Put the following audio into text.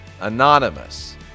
anonymous